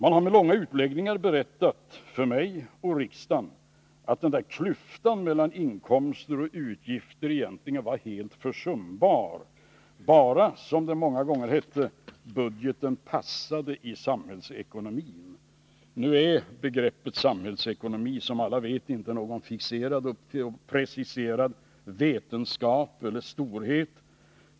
Man har med långa utläggningar berättat för mig och riksdagen att klyftan mellan inkomster och utgifter egentligen var helt försumbar — bara, som det många gånger hette, budgeten passade in i samhällsekonomin. Nu är begreppet samhällsekonomi, som alla vet, inte någon fixerad och preciserad storhet.